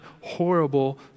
horrible